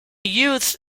youth